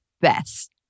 best